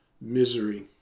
misery